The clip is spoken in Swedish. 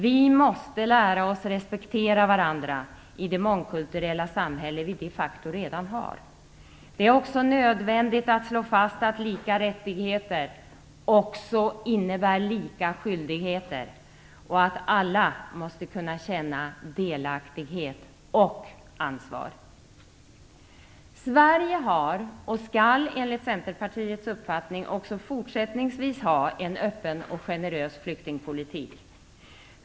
Vi måste lära oss respektera varandra i det mångkulturella samhälle vi de facto redan har. Det är också nödvändigt att slå fast att lika rättigheter också innebär lika skyldigheter och att alla måste kunna känna delaktighet och ansvar. Sverige har, och skall enligt Centerpartiets uppfattning också fortsättningsvis ha, en öppen och generös flyktingpolitik.